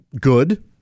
good